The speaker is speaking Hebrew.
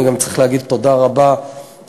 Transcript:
אני גם צריך להגיד תודה רבה להסתדרות,